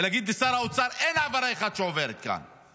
ולהגיד לשר האוצר: אין העברה אחת שעוברת כאן,